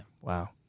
Wow